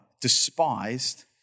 despised